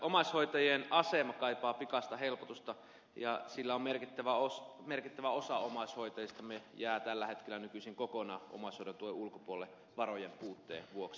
omaishoitajien asema kaipaa pikaista helpotusta sillä merkittävä osa omaishoitajistamme jää tällä hetkellä nykyisin kokonaan omaishoidon tuen ulkopuolelle varojen puutteen vuoksi